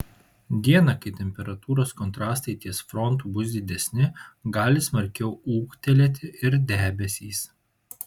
dieną kai temperatūros kontrastai ties frontu bus didesni gali smarkiau ūgtelėti ir debesys